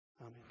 amen